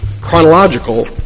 chronological